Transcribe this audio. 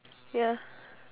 ya